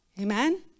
Amen